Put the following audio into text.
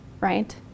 right